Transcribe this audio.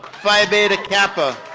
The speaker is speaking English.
phi beta kappa.